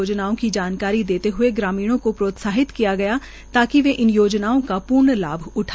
योजनाओं की जानकारी देते हए ग्रामीणों को प्रोत्साहित किया गया ताकि इन योजनाओं का पूर्ण लाभ उठाये